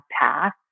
path